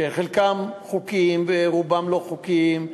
חלקם חוקיים ורובם לא חוקיים,